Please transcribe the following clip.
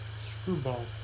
Screwball